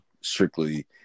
strictly